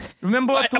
remember